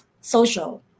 social